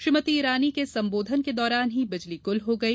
श्रीमती इरानी के संबोधन के दौरान ही बिजली गुल हो गई